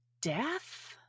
death